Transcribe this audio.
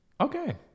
Okay